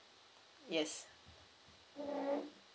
yes